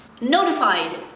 notified